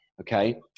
okay